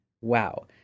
wow